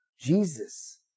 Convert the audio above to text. Jesus